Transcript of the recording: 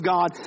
God